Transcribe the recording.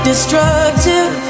Destructive